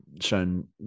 shown